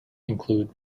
include